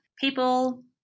people